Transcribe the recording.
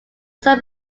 some